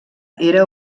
era